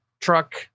truck